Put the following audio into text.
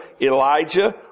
Elijah